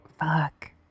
fuck